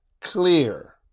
clear